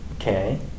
Okay